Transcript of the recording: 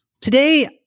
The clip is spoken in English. today